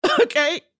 Okay